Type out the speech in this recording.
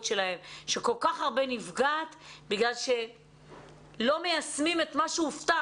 שלהן שכל כך הרבה נפגעת בגלל שלא מיישמים את מה שהובטח.